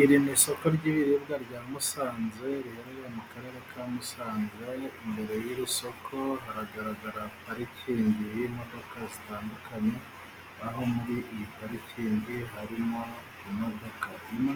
Iri ni isoko ry'ibiribwa rya Musanze riherereye mu karere ka Musanze. Imbere y'iri soko hagaragara parikingi y'imodoka zitandukanye, aho muri iyi parikingi harimo imodoka imwe.